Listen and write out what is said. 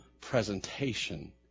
presentation